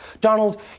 Donald